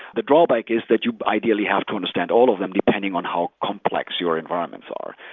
the drawback is that you ideally have to understand all of them depending on how complex your environments are.